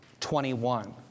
21